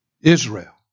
Israel